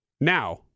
Now